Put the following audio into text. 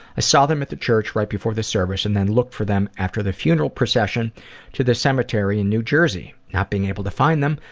ah saw them at the church right before the service and looked for them after the funeral procession to the cemetery in new jersey. not being able to find them,